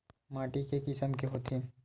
माटी के किसम के होथे?